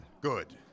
Good